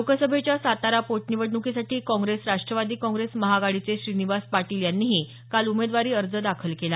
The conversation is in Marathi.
लोकसभेच्या सातारा पोटनिवडणुकीसाठी काँग्रेस राष्ट्रवादी काँग्रेस महाआघाडीचे श्रीनिवास पाटील यांनीही काल उमेदवारी अर्ज दाखल केला